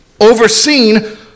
overseen